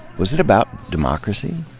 was it about democracy,